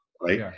right